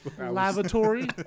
Lavatory